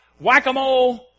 Whack-a-mole